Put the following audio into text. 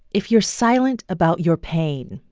if you're silent about your pain,